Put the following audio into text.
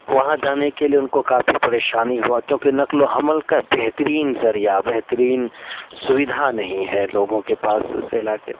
وہاں جانے کے لیے ان کو کافی پریشانی ہوا کیونکہ نقل و حمل کا بہترین ذریعہ بہترین سوودھا نہیں ہے لوگوں کے پاس اس علاقے